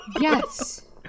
Yes